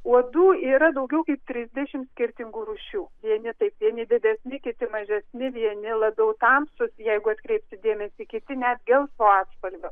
uodų yra daugiau kaip trisdešimt skirtingų rūšių vieni taip vieni didesni kiti mažesni vieni labiau tamsūs jeigu atkreipsit dėmesį kiti net gelsvo atspalvio